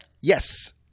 Yes